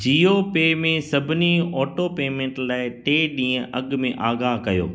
Jio pay में सभिनी auto payment लाइ टे ॾींहं अघ में आगाहु कयो